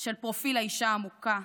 של פרופיל האישה המוכה,